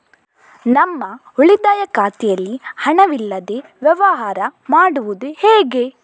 ನಮ್ಮ ಉಳಿತಾಯ ಖಾತೆಯಲ್ಲಿ ಹಣವಿಲ್ಲದೇ ವ್ಯವಹಾರ ಮಾಡುವುದು ಹೇಗೆ?